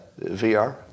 VR